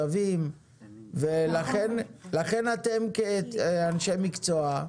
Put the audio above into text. חסרים בו צווים ולכן אתם כאנשי מקצוע,